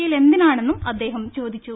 A യിൽ എന്തിനാണെന്നും അദ്ദേഹം ചോദിച്ചു